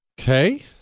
Okay